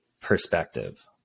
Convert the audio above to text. perspective